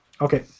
Okay